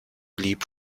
blieb